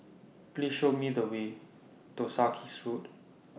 Please Show Me The Way to Sarkies Road